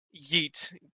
Yeet